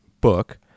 book